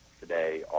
today